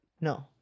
No